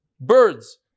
Birds